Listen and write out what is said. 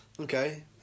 Okay